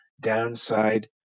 downside